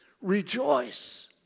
rejoice